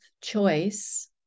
choice